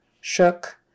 shook